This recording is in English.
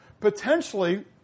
Potentially